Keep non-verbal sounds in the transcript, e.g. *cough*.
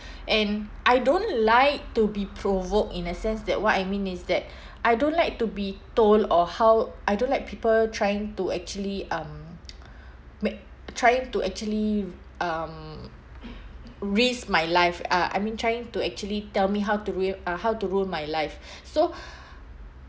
and I don't like to be provoked in a sense that what I mean is that I don't like to be told or how I don't like people trying to actually um *noise* make trying to actually um risk my life uh I mean trying to actually tell me how to rui~ uh how to rule my life *breath* so *breath*